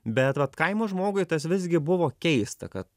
bet vat kaimo žmogui tas visgi buvo keista kad